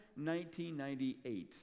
1998